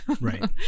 Right